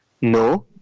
No